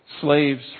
slaves